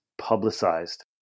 publicized